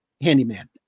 Handyman